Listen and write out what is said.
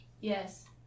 Yes